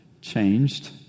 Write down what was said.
changed